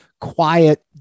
quiet